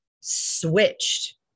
switched